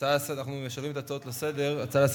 אנחנו נשארים בהצעות לסדר-היום.